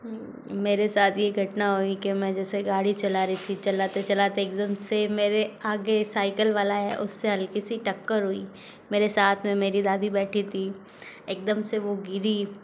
मेरे साथ ये घटना हुई कि मैं जैसे गाड़ी चला रही थी चलाते चलाते एक दम से मेरे आगे साइकिल वाला आया उससे हल्की सी टक्कर हुई मेरे साथ में मेरी दादी बैठी थी एकदम से वो गिरी